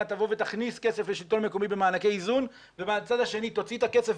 תבוא ותכניס כסף לשלטון המקומי במענקי איזון ומהצד השני תוציא את הכסף,